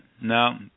no